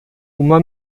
uma